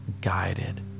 guided